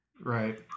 right